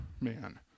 man